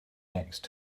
next